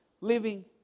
Living